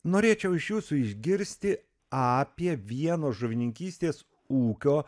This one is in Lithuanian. norėčiau iš jūsų išgirsti apie vieno žuvininkystės ūkio